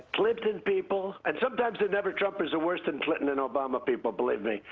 clinton people. and, sometimes, the never-trumpers are worse than clinton and obama people, believe me.